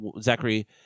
Zachary